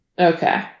okay